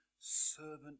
servant